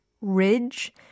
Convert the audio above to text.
ridge